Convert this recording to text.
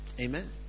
Amen